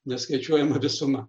neskaičiuojama visuma